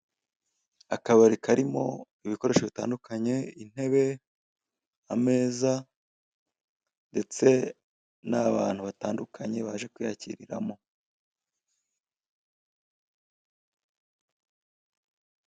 Akabari karimo ibikoresho bitandukanye, intebe, ameza ndetse n'abantu batandukanye baje kuyakiriramo.